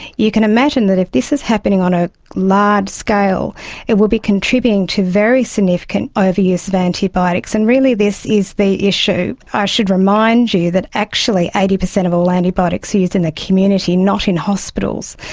you can imagine that if this is happening on a large scale it would be contributing to very significant overuse of antibiotics, and really this is the issue. i should remind you that actually eighty percent of all antibiotics are used in the community, not in hospitals.